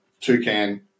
Toucan